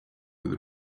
with